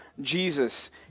Jesus